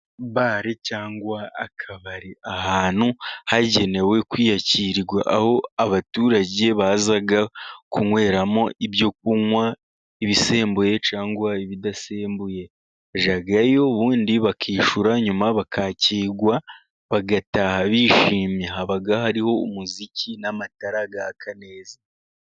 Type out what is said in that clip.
Bare cyangwa akabari ahantu hagenewe kwiyakirirwa, aho abaturage baza kunyweramo ibyo kunywa ibisembuye cyangwa ibidasembuye. Ujyayo ubundi bakishyura nyuma bakakigwa, bagataha bishimye haba hariho umuziki n'amatarara yaka neza.